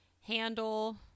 handle